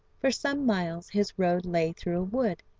for some miles his road lay through a wood,